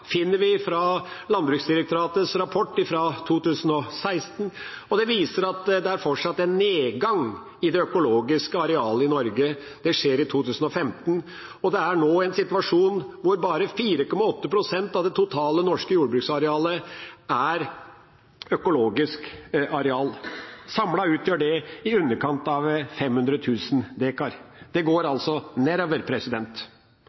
finner vi i Landbruksdirektoratets rapport fra 2016, og den viser at det fortsatt er en nedgang i det økologiske arealet i Norge. Det skjer i 2015, og det er nå en situasjon hvor bare 4,8 pst. av det totale, norske jordbruksarealet er økologisk areal. Samlet utgjør det i underkant av 500 000 dekar. Det går